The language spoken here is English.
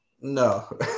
no